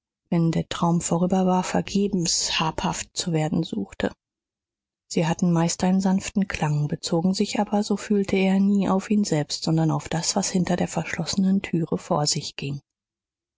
der traum vorüber war vergebens habhaft zu werden suchte sie hatten meist einen sanften klang bezogen sich aber so fühlte er nie auf ihn selbst sondern auf das was hinter der verschlossenen türe vor sich ging